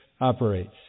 operates